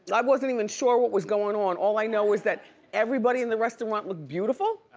and i wasn't even sure what was goin' on. all i know is that everybody in the restaurant looked beautiful.